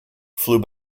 flew